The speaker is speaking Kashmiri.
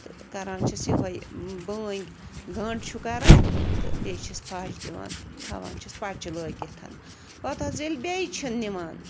تہٕ کَران چھِس یِہوے بٲنٛگۍ گھنٛڈ چھُ کَران تہٕ بیٚیہِ چھِس فَش دِوان تہٕ تھاوان چھِس پَچہِ لٲگِتھ پتہٕ حظ ییٚلہِ بیٚیہِ چھِن نِوان